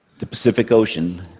the pacific ocean,